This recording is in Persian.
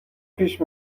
پیش